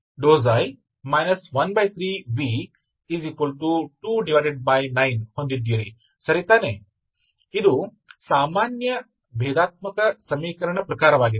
तो अगर आप uv ठीक हैं v पर विचार करते हैं तो बस इसे ले लो तो इस समीकरण का क्या होता है